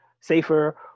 safer